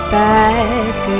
back